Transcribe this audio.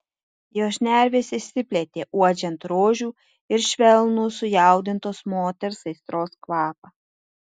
jo šnervės išsiplėtė uodžiant rožių ir švelnų sujaudintos moters aistros kvapą